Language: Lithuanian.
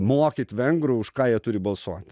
mokyt vengrų už ką jie turi balsuot